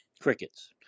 Crickets